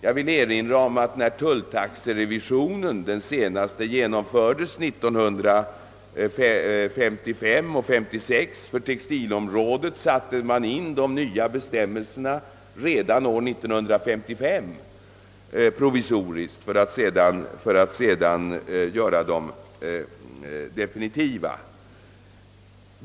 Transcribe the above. Jag vill erinra om att när den senaste tulltaxerevisionen genomfördes åren 1955 och 1956 satte man in de nya bestämmelserna provisoriskt för textilområdet redan 1955 för att sedan göra dem definitiva.